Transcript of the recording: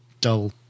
dull